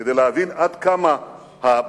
כדי להבין עד כמה הבסיס,